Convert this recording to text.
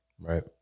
Right